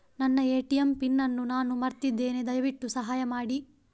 ನನ್ನ ATM pin ಅನ್ನು ನಾನು ಮರ್ತಿದ್ಧೇನೆ, ದಯವಿಟ್ಟು ಸಹಾಯ ಮಾಡಿ